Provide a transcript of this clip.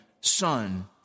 Son